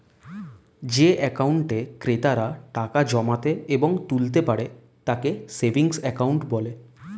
যে অ্যাকাউন্টে ক্রেতারা টাকা জমাতে এবং তুলতে পারে তাকে সেভিংস অ্যাকাউন্ট বলে